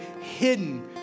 hidden